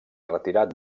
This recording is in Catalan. retirat